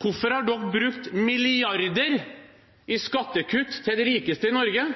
hvorfor de har brukt milliarder på skattekutt til de rikeste i Norge,